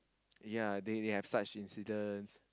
ya they have such incidence